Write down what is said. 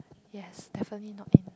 yes definitely not in